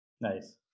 nice